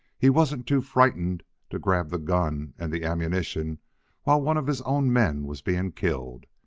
he wasn't too frightened to grab the gun and the ammunition while one of his own men was being killed.